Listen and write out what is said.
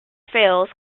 fails